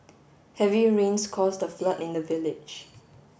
heavy rains caused the flood in the village